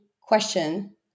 question